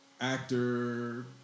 actor